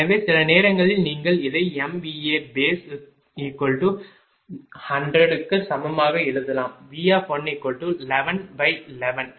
எனவே சில நேரங்களில் நீங்கள் இதை MVAbase100 க்கு சமமாக எழுதலாம் V111111 p